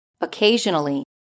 Occasionally